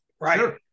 right